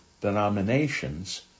denominations